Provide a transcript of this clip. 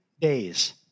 days